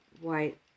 white